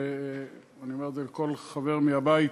ואני אומר לכל חבר מהבית: